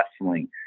wrestling